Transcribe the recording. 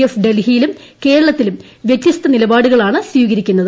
F ഡൽഹിയിലും കേരളത്തിലും വ്യത്യസ്ത നിലപാടുകളാണ് സ്വീകരിക്കുന്നത്